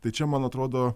tai čia man atrodo